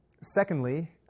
secondly